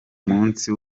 munsi